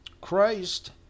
Christ